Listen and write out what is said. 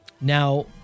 Now